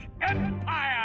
empire